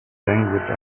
language